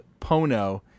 Pono